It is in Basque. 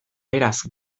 beraz